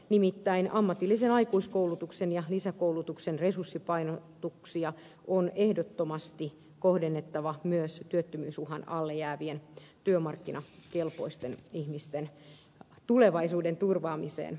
nimittäin ammatillisen aikuiskoulutuksen ja lisäkoulutuksen resurssipainotuksia on ehdottomasti kohdennettava myös työttömyysuhan alle jäävien työmarkkinakelpoisten ihmisten tulevaisuuden turvaamiseen